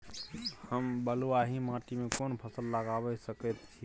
हम बलुआही माटी में कोन फसल लगाबै सकेत छी?